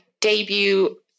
debut